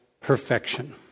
perfection